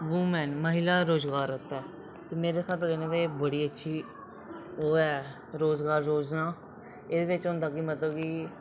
woman महिला रोजगार आस्तै ते मेरे स्हाबै कन्नै बड़ी ओह् ऐ रोजगार योजना एह्दे बिच मतलब होंदा केह् मतलब कि